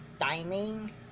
timing